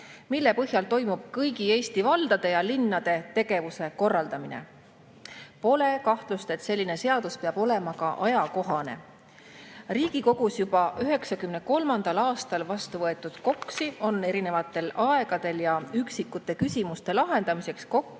mille põhjal toimub kõigi Eesti valdade ja linnade tegevuse korraldamine. Pole kahtlust, et selline seadus peab olema ka ajakohane. Riigikogus juba 1993. aastal vastuvõetud KOKS‑i on erinevatel aegadel ja üksikute küsimuste lahendamiseks kokku